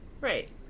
right